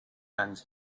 and